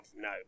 no